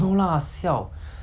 okay